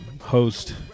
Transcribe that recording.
host